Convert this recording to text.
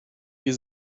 wir